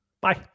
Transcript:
Bye